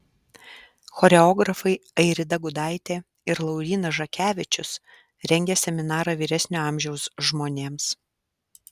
choreografai airida gudaitė ir laurynas žakevičius rengia seminarą vyresnio amžiaus žmonėms